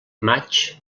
maig